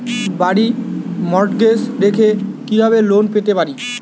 বাড়ি মর্টগেজ রেখে কিভাবে লোন পেতে পারি?